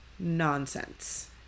nonsense